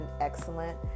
excellent